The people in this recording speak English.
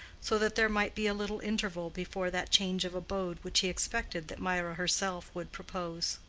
so that there might be a little interval before that change of abode which he expected that mirah herself would propose.